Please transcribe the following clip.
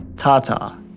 Tata